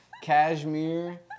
Cashmere